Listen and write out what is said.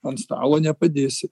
ant stalo nepadėsi